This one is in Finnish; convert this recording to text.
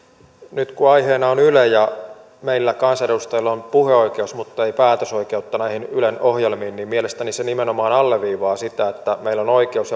nyt kun aiheena on yle ja meillä kansanedustajilla on puheoikeus muttei päätösoikeutta näihin ylen ohjelmiin mielestäni se nimenomaan alleviivaa sitä että meillä on oikeus